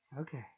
Okay